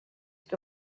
que